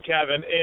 Kevin